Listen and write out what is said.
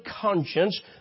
conscience